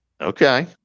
Okay